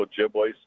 Ojibwe